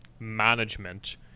management